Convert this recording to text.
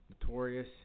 notorious